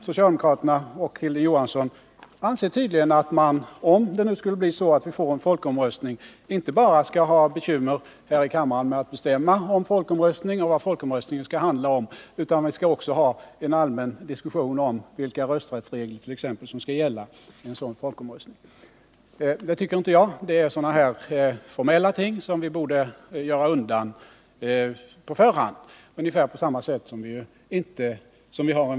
Socialdemokraterna och Hilding Johansson anser tydligen att man, om det nu blir så att vi får en folkomröstning, inte bara skall ha bekymmer här i kammaren med att bestämma om folkomröstningen och om vad den skall handla om, utan vi skall också ha en allmän diskussion om t.ex. vilka rösträttsregler som skall gälla vid en sådan folkomröstning. Det tycker inte jag. Här rör det sig om formella frågor som borde vara avklarade på förhand.